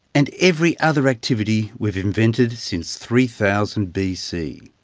and every other activity we've invented since three thousand b. c.